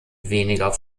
weniger